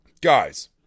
guys